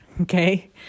okay